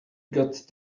got